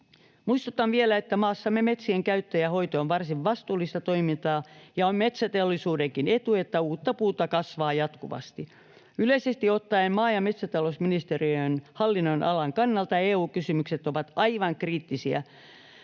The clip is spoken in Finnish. Muistutan vielä, että maassamme metsien käyttö ja hoito on varsin vastuullista toimintaa ja on metsäteollisuudenkin etu, että uutta puuta kasvaa jatkuvasti. Yleisesti ottaen maa- ja metsätalousministeriön hallinnonalan kannalta EU-kysymykset ovat aivan kriittisiä.